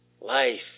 Life